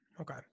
Okay